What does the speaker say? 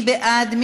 מי בעד?